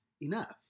Enough